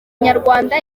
nyarwanda